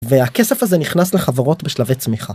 והכסף הזה נכנס לחברות בשלבי צמיחה.